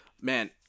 Man